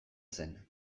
zen